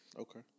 Okay